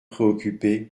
préoccupé